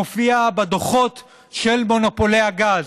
מופיעה בדוחות של מונופולי הגז.